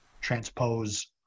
transpose